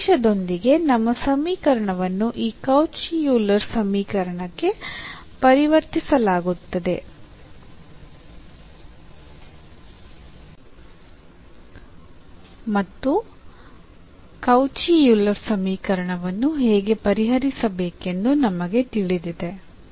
ಈ ಆದೇಶದೊಂದಿಗೆ ನಮ್ಮ ಸಮೀಕರಣವನ್ನು ಈ ಕೌಚಿ ಯೂಲರ್ ಸಮೀಕರಣಕ್ಕೆ ಪರಿವರ್ತಿಸಲಾಗುತ್ತದೆ ಮತ್ತು ಕೌಚಿ ಯೂಲರ್ ಸಮೀಕರಣವನ್ನು ಹೇಗೆ ಪರಿಹರಿಸಬೇಕೆಂದು ನಮಗೆ ತಿಳಿದಿದೆ